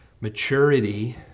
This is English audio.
Maturity